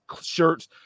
shirts